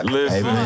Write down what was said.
Listen